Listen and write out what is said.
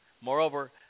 Moreover